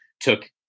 took